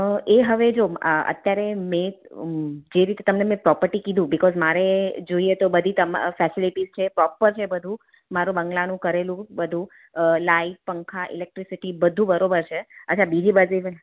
એ હવે જો આ અત્યારે મેં જે રીતે મેં તમને પ્રોપર્ટી કીધું બિકોઝ મારે જોઈએ તો બધી તેમાં ફેસિલિટીઝ છે પ્રોપર છે બધું મારું બંગ્લાનું કરેલું બધું લાઈટ પંખા ઈલેક્ટ્રિસિટી બધું બરોબર છે અચ્છા બીજી બાજુ ઈવન